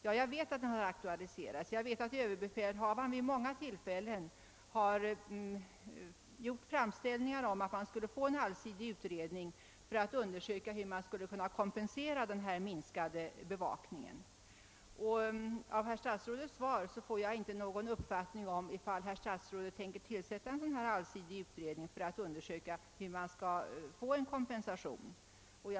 Ja, jag vet att den har aktualiserats — jag vet att överbefälhavaren vid många tillfällen har gjort framställningar om en allsidig utredning av hur minskningen i bevakningen skulle kompenseras. Av herr statsrådets svar får jag emellertid inte någon uppfattning om huruvida herr statsrådet tänker tillsätta en allsidig utredning för att undersöka hur kompensation skall kunna åstadkommas.